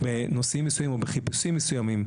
בנושאים מסוימים או בחיפושים מסוימים,